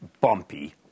bumpy